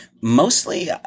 mostly